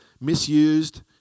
misused